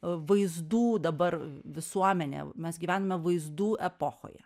vaizdų dabar visuomenė mes gyvename vaizdų epochoje